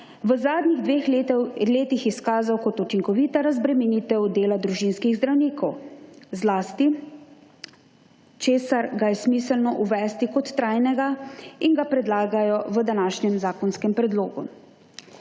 v zadnjih dveh letih izkazal kot učinkovita razbremenitev dela družinskih zdravnikov, zaradi česar ga je smiselno uvesti kot trajnega, zato ga predlagajo v današnjem zakonskem predlogu.